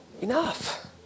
enough